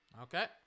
Okay